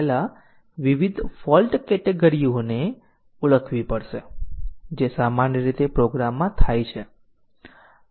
એક કવરેજ આધારિત ટેકનીકો છે અને બીજું ફોલ્ટ આધારિત છે અને આપણે કવરેજ આધારિત ટેસ્ટીંગ ટેકનીકો જોવાનું શરૂ કર્યું